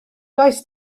does